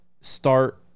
start